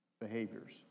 behaviors